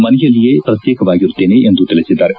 ಮನೆಯಲ್ಲಿಯೇ ಪ್ರತ್ಯೇಕವಾಗಿರುತ್ತೇನೆ ಎಂದು ತಿಳಿಸಿದ್ದಾರೆ